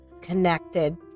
connected